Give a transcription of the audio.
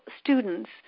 students